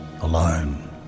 alone